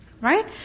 Right